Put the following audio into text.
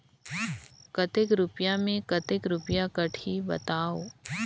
कतेक रुपिया मे कतेक रुपिया कटही बताव?